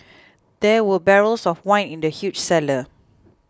there were barrels of wine in the huge cellar